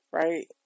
right